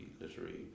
literary